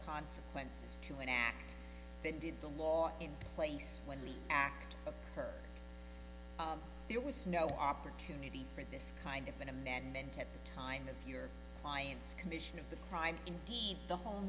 consequences to an act that did the law in place when we act of her there was no opportunity for this kind of an amendment to the time of your client's condition of the crime indeed the whole